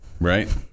right